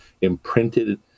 imprinted